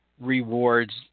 rewards